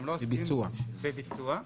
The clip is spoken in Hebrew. שוב,